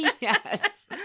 Yes